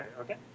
Okay